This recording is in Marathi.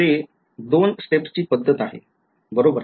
ते २ स्टेपची पद्धत बरोबर